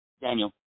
Daniel